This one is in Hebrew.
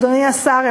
אדוני השר,